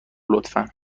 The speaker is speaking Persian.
لطفا